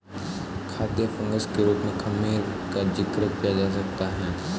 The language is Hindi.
खाद्य फंगस के रूप में खमीर का जिक्र किया जा सकता है